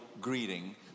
greeting